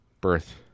birth